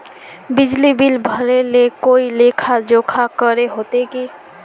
बिजली बिल भरे ले कोई लेखा जोखा करे होते की?